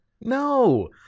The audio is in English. no